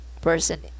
Person